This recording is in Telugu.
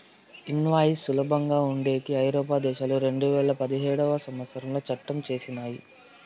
ఇన్వాయిస్ సులభంగా ఉండేకి ఐరోపా దేశాలు రెండువేల పదిహేడవ సంవచ్చరంలో చట్టం చేసినయ్